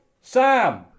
Sam